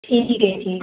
ठीक है ठीक है